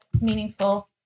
meaningful